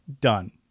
done